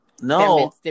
No